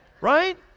Right